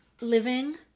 Living